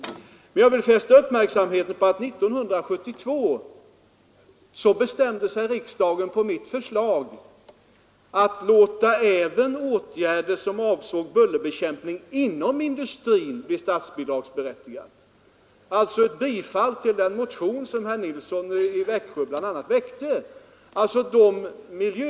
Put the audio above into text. Jag vill emellertid fästa uppmärksamheten på att 1972 bestämde sig riksdagen på mitt förslag för att låta även åtgärder som avsåg bullerbekämpning inom industrin bli statsbidragsberättigade — alltså ett bifall till den motion som väcktes av bl.a. herr Nilsson i Växjö.